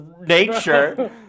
nature